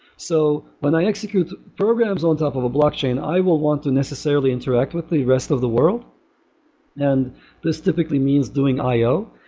so when i execute programs on top of a blockchain, i will want to necessarily interact with the rest of the world and this typically means doing io.